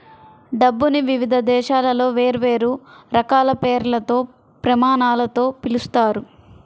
డబ్బుని వివిధ దేశాలలో వేర్వేరు రకాల పేర్లతో, ప్రమాణాలతో పిలుస్తారు